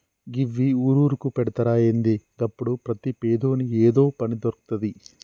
గివ్వి ఊరూరుకు పెడ్తరా ఏంది? గప్పుడు ప్రతి పేదోని ఏదో పని దొర్కుతది